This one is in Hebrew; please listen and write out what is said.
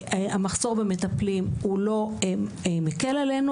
המחסור במטפלים לא מקל עלינו,